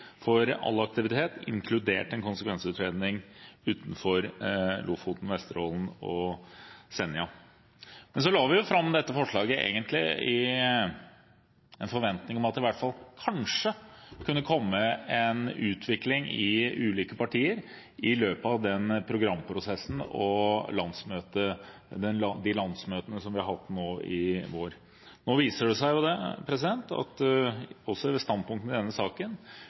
for all aktivitet, inkludert en konsekvensutredning av områdene utenfor Lofoten, Vesterålen og Senja. Men så la vi fram dette forslaget – egentlig med en forventning om at det i hvert fall kanskje kunne bli en utvikling i ulike partier i løpet av de programprosessene og de landsmøtene som vi har hatt i vår. Nå viser det seg at i denne saken